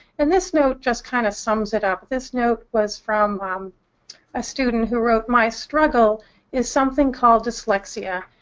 and this note just kind of sums it up. this note was from a student who wrote my struggle is something called dyslexia.